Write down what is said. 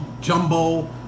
jumbo